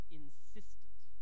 insistent